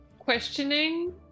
Questioning